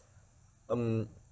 um